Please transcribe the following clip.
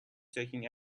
taking